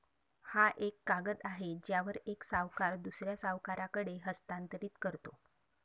हा एक कागद आहे ज्यावर एक सावकार दुसऱ्या सावकाराकडे हस्तांतरित करतो